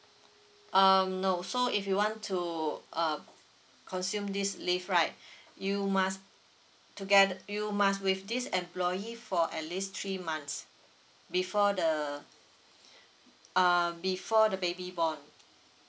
um no so if you want to uh consume this leave right you must toge~ you must with this employee for at least three months before the um before the baby born